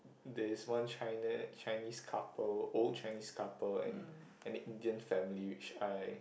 there is one China Chinese couple old Chinese couple and an Indian family which I